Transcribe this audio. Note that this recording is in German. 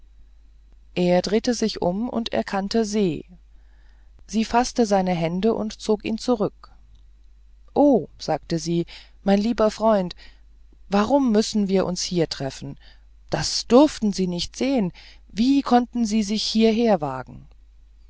er drehte sich um und erkannte se sie faßte seine hände und zog ihn zurück oh sagte sie mein lieber freund warum müssen wir uns hier treffen das durften sie nicht sehen wie konnten sie sich hierherwagen